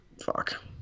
Fuck